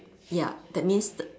ya that means the